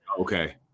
okay